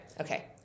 Okay